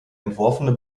entworfene